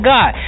God